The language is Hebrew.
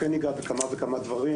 כן ניגע בכמה וכמה דברים,